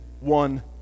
one